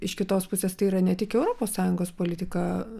iš kitos pusės tai yra ne tik europos sąjungos politika